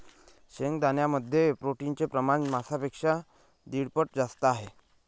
शेंगदाण्यांमध्ये प्रोटीनचे प्रमाण मांसापेक्षा दीड पट जास्त आहे